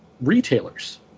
retailers